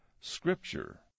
Scripture